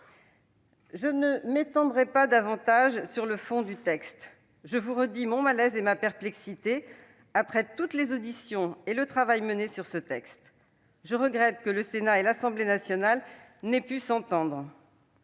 Je ne m'étendrai pas davantage sur le fond du texte. Je vous redis mon malaise et ma perplexité, après toutes les auditions et le travail mené sur cette proposition de loi. Je regrette que le Sénat et l'Assemblée nationale n'aient pu s'entendre.